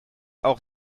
auch